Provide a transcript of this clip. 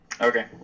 Okay